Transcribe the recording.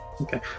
Okay